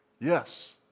yes